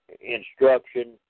instruction